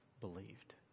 believed